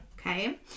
Okay